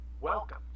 Welcome